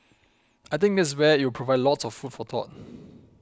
I think that's where it will provide lots of food for thought